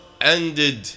ended